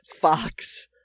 Fox